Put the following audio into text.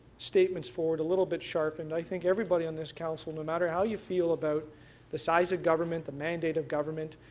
statements forward a little bit sharpened. i think everybody on this council no matter how you feel about the size of government, the mandate of government,